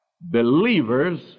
believers